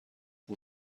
اون